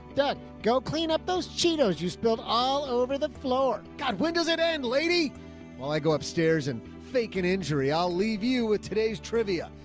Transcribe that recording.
doug, go clean up those chinos. you spilled all over the floor. god, when does it end lady while i go upstairs and fake an injury, i'll leave you with today's trivia.